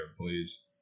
please